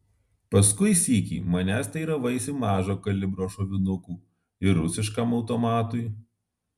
paskui sykį manęs teiravaisi mažo kalibro šovinukų ir rusiškam automatui